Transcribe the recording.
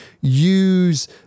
use